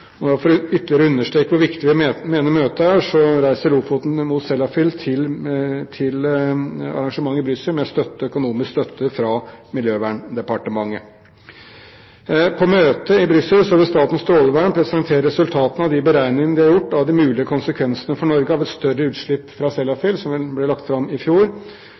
For ytterligere å understreke hvor viktig vi mener møtet er, reiser «Lofoten mot Sellafield» til arrangementet i Brussel med økonomisk støtte fra Miljøverndepartementet. På møtet i Brussel vil Statens strålevern presentere resultatene av de beregningene de har gjort av mulige konsekvenser for Norge av et større utslipp fra Sellafield, som ble lagt fram i fjor.